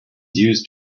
used